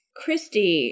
Christy